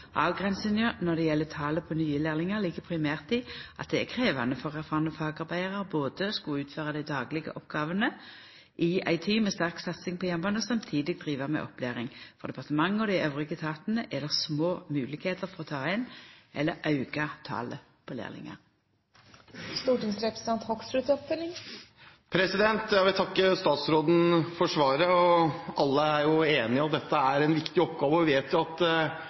Avgrensinga når det gjeld talet på nye lærlingar, ligg primært i at det er krevjande for erfarne fagarbeidarar både å skulla utføra dei daglege oppgåvene i ei tid med sterk satsing på jernbane og samstundes driva med opplæring. For departementet og dei andre etatane er det små moglegheiter for å ta inn eller auka talet på lærlingar. Jeg vil takke statsråden for svaret. Alle er jo enige om at dette er en viktig oppgave. Vi vet at